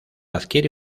adquiere